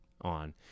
on